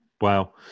Wow